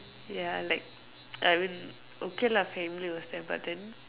ya like I mean okay lah family was there but then